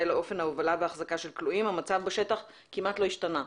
לאופן ההובלה וההחזקה של כלואים המצב בשטח כמעט לא השתנה.